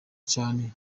cane